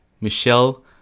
Michelle